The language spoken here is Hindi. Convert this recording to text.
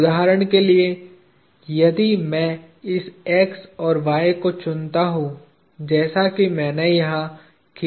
उदाहरण के लिए कहें यदि मैं इस x और y को चुनता हूं जैसा कि मैंने यहां खींचा है